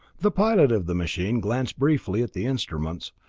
the pilot of the machine glanced briefly at the instruments,